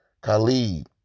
Khalid